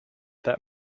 that